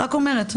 רק אומרת,